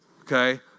Okay